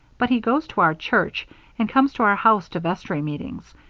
but he goes to our church and comes to our house to vestry meetings.